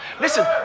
listen